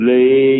Lay